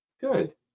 Good